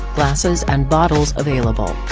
glasses and bottles available.